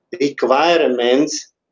requirements